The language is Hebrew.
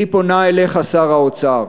אני פונה אליך, שר האוצר: